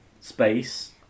space